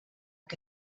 què